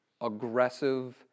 aggressive